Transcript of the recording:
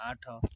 ଆଠ